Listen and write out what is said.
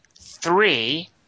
three